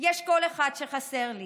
יש קול אחד שחסר לי,